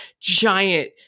Giant